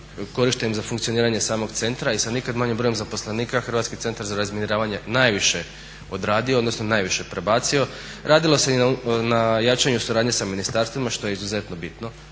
korištenim za funkcioniranje samog centra i sa nikad manjim brojem zaposlenika HRZR najviše odradio odnosno najviše prebacio. Radilo se i na jačanju suradnje sa ministarstvima što je izuzetno bitno,